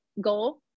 goal